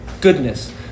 goodness